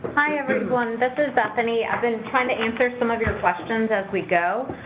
hi, everyone, this is bethany. i've been trying to answer some of your questions as we go.